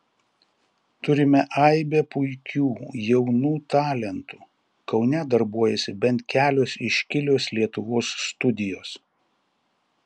turime aibę puikių jaunų talentų kaune darbuojasi bent kelios iškilios lietuvos studijos